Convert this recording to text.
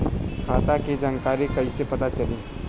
खाता के जानकारी कइसे पता चली?